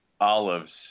olives